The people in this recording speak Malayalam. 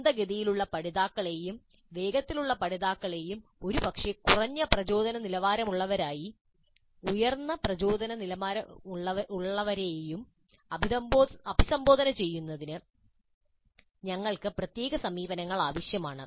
മന്ദഗതിയിലുള്ള പഠിതാക്കളെയും വേഗത്തിലുള്ള പഠിതാക്കളെയും ഒരുപക്ഷേ കുറഞ്ഞ പ്രചോദന നിലവാരമുള്ളവരെയും ഉയർന്ന പ്രചോദന നിലകളുള്ളവരെയും അഭിസംബോധന ചെയ്യുന്നതിന് ഞങ്ങൾക്ക് പ്രത്യേക സമീപനങ്ങൾ ആവശ്യമാണ്